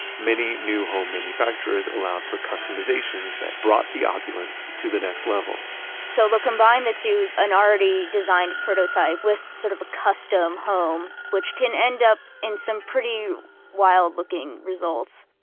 many new home manufacturers allowed for customizations that brought the opulence to the next level so they'll combine the two, an already already designed prototype with sort of a custom home which can end up in some pretty wild looking results